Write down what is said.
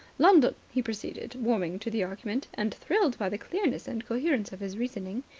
london, he proceeded, warming to the argument and thrilled by the clearness and coherence of his reasoning,